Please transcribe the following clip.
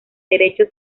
derecho